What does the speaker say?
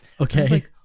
Okay